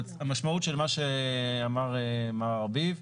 המשמעות של מה שאמר מר ארביב,